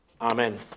Amen